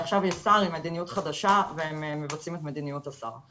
עכשיו יש שר עם מדיניות חדשה והם מבצעים את מדיניות השר.